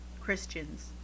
Christians